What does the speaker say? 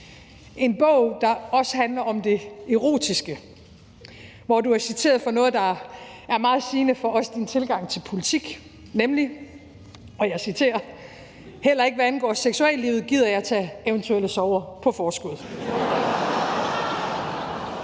en bog, der også handler om det erotiske, hvor du er citeret for noget, der er meget sigende for også din tilgang til politik, nemlig – og jeg citerer: Heller ikke hvad angår seksuallivet, gider jeg tage eventuelle sorger på forskud.